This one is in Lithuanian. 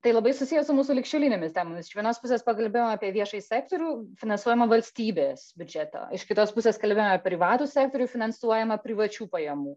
tai labai susiję su mūsų ligšiolinėmis temomis iš vienos pusės pakalbėjom apie viešąjį sektorių finansuojamą valstybės biudžeto iš kitos pusės kalbėjom apie privatų sektorių finansuojamą privačių pajamų